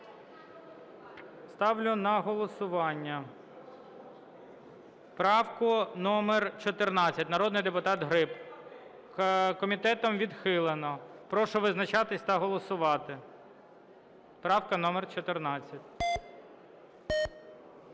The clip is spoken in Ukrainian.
Ставлю на голосування правку номер 14, народний депутат Гриб. Комітетом відхилено. Прошу визначатись та голосувати. Правка номер 14.